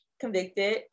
convicted